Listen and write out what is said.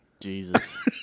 Jesus